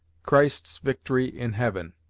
christ's victory in heaven,